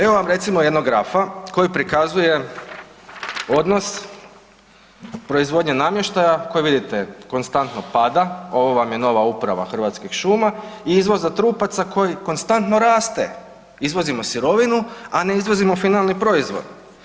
Evo vam recimo jednog grafa koji prikazuje odnos proizvodnje namještaja koji vidite konstantno pada, ovo vam je nova uprava Hrvatskih šuma i izvoza trupaca koji konstantno raste, izvozimo sirovinu, a ne izvozimo finalni proizvod.